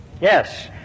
yes